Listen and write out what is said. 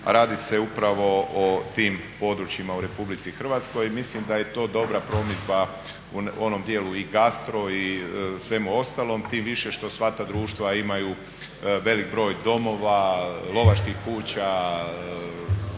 radi se upravo o tim područjima u Republici Hrvatskoj. Mislim da je to dobra promidžba u onom dijelu i gastro i svemu ostalom tim više što sva ta društva imaju velik broj domova, lovačkih kuća